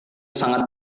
sangat